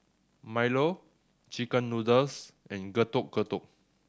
Milo chicken noodles and Getuk Getuk